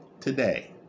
Today